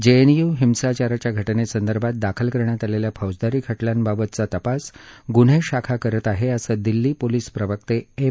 JNU हिंसाचाराच्या घटनेसंदर्भात दाखल करण्यात आलेल्या फौजदारी खटल्यांबाबतचा तपास गुन्हे शाखा करत आहे असं दिल्ली पोलीस प्रवक्ते एम